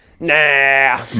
nah